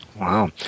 Wow